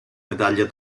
medaglia